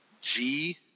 G-